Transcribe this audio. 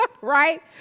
Right